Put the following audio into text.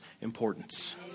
importance